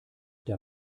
der